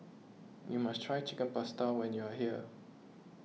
you must try Chicken Pasta when you are here